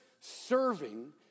serving